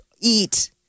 eat